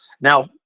now